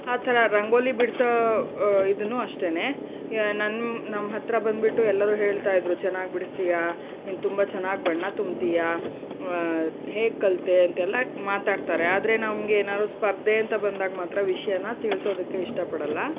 ಆ ಥರ ರಂಗೋಲಿ ಬಿಡಿಸೋ ಇದನ್ನೂ ಅಷ್ಟೇ ನನ್ನ ನಮ್ಮ ಹತ್ತಿರ ಬಂದುಬಿಟ್ಟು ಎಲ್ಲರು ಹೇಳ್ತಾ ಇದ್ದರು ಚೆನ್ನಾಗಿ ಬಿಡಿಸ್ತೀಯ ನೀನು ತುಂಬ ಚೆನ್ನಾಗಿ ಬಣ್ಣ ತುಂಬ್ತಿಯ ಹೇಗೆ ಕಲಿತೆ ಅಂತೆಲ್ಲ ಮಾತಾಡ್ತಾರೆ ಆದರೆ ನಮಗೆ ಏನಾದ್ರೂ ಸ್ಪರ್ಧೆ ಅಂತ ಬಂದಾಗ ಮಾತ್ರ ವಿಷಯಾನ ತಿಳಿಸೋದಕ್ಕೆ ಇಷ್ಟಪಡಲ್ಲ